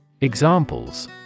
Examples